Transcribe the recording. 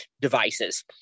devices